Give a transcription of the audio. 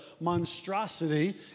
monstrosity